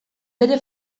bere